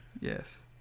Yes